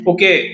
Okay